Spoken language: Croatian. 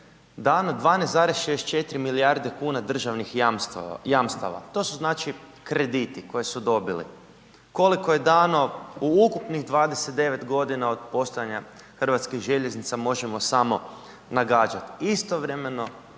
dano 12,64 milijarde kuna državnih jamstava to su znači krediti koje su dobili. Koliko je dano u ukupnih 29 godina od postojanja hrvatskih željeznica možemo samo nagađati. Istovremeno